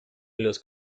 los